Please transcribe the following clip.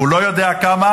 הוא לא יודע כמה